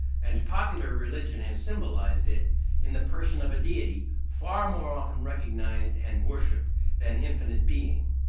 and popular religion has symbolised it in the person of a deity far more often recognised and worshipped than infinite being.